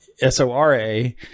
s-o-r-a